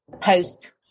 post